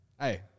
hey